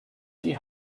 die